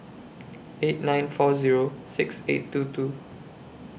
eight nine four Zero six eight two two